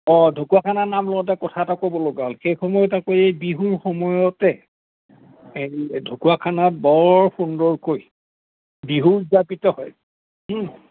অঁ ঢকুৱাখানা নাম লওঁতে কথা এটা ক'ব লগা হ'ল সেই এই বিহুৰ সময়তে হেৰি ঢকুৱাখানাত বৰ সুন্দৰকৈ বিহু উদযাপিত হয়